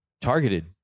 targeted